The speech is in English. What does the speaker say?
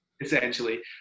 essentially